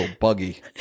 buggy